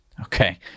Okay